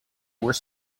were